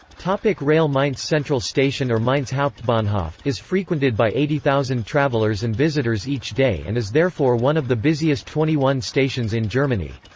like rail mainz central station or mainz hauptbahnhof, is frequented by eighty thousand travelers and visitors each day and is therefore one of the busiest twenty one stations in germany.